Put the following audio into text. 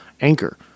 Anchor